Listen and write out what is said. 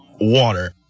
water